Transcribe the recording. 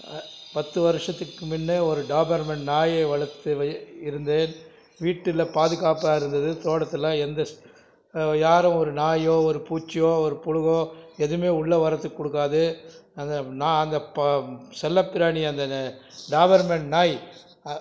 பத்து வருஷத்துக்கு முன்னே ஒரு டாபர்மேன் நாயை வளர்த்து வெ இருந்தேன் வீட்டில் பாதுகாப்பாக இருந்தது தோட்டத்தில் எந்த ஸ் யாரும் ஒரு நாயோ ஒரு பூச்சியோ ஒரு புழுவோ எதுவுமே உள்ள வரதுக்கு கொடுக்காது அந்த நா அந்த ப செல்லப் பிராணியை அந்த டாபர்மேன் நாய் அ